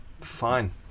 Fine